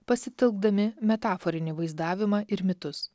pasitelkdami metaforinį vaizdavimą ir mitus